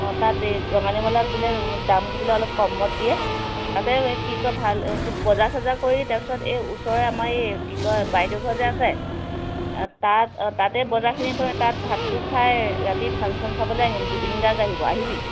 অঁ তাত ৰঙালী মেলাত বোলে দামটো বোলে অলপ কমত দিয়ে তাতে কি কয় ভাল কি বজাৰ চজাৰ কৰি তাৰ পাছত এই ওচৰৰে এই কি কয় বাইদেউ ঘৰ যে আছে তাত তাতেই বজাৰখিনি থৈ তাত ভাতটো খাই ৰাতি ফাংশ্যন চাবলে আহিম জুবিন গাৰ্গ আহিব আহিবি